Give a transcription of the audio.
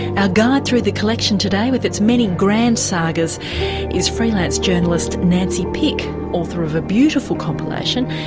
our guide through the collection today with its many grand sagas is freelance journalist nancy pick, author of a beautiful compilation,